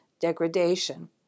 degradation